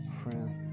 friends